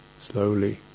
slowly